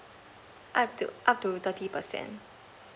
up to up to thirty percent